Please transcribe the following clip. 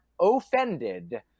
offended